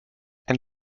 and